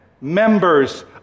members